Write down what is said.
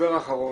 הדובר האחרון,